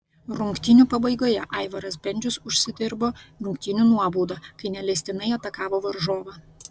rungtynių pabaigoje aivaras bendžius užsidirbo rungtynių nuobaudą kai neleistinai atakavo varžovą